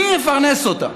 מי יפרנס אותם?